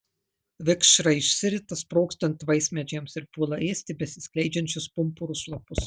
vikšrai išsirita sprogstant vaismedžiams ir puola ėsti besiskleidžiančius pumpurus lapus